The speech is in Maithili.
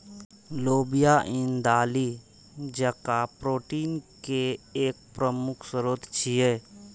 लोबिया ईन दालि जकां प्रोटीन के एक प्रमुख स्रोत छियै